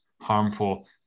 harmful